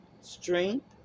strength